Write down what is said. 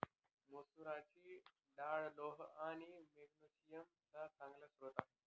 मसुराची डाळ लोह आणि मॅग्नेशिअम चा चांगला स्रोत आहे